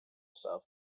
south